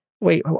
wait